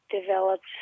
developed